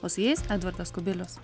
o su jais edvardas kubilius